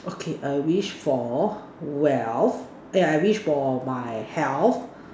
okay I wish for wealth but I wish for my health